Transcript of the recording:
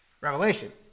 Revelation